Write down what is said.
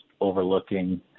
overlooking